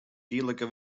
tydlike